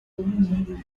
poe